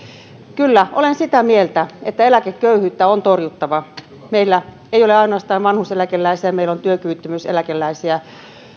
kyllä olen sitä mieltä että eläkeköyhyyttä on torjuttava meillä ei ole ainoastaan vanhuuseläkeläisiä vaan meillä on työkyvyttömyyseläkeläisiä